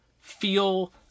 feel